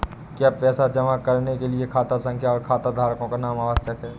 क्या पैसा जमा करने के लिए खाता संख्या और खाताधारकों का नाम आवश्यक है?